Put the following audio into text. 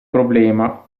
problema